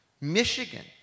Michigan